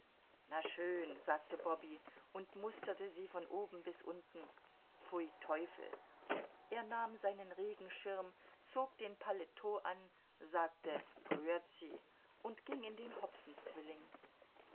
na schön sagte bobby und musterte sie von oben bis unten pfui teufel er nahm seinen regenschirm zog den paletot an sagte grüatzi und ging in den